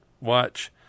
watch